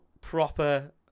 proper